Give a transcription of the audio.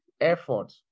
effort